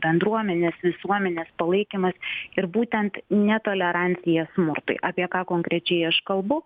bendruomenės visuomenės palaikymas ir būtent netolerancija smurtui apie ką konkrečiai aš kalbu